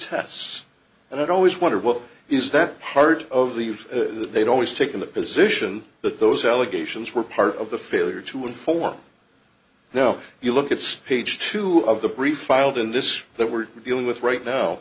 tests and had always wondered what is that part of the you that they'd always taken the position that those allegations were part of the failure to inform now you look it's page two of the brief filed in this that we're dealing with right now